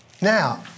now